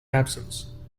absence